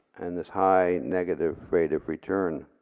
and this high negative rate of return.